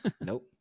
Nope